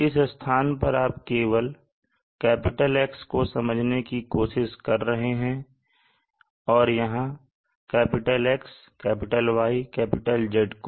इस स्थान पर आप केवल X को समझने की कोशिश कर रहे हैं और यहां X Y Z को